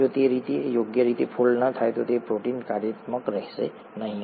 જો તે યોગ્ય રીતે ફોલ્ડ ન થાય તો પ્રોટીન કાર્યાત્મક રહેશે નહીં